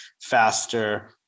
faster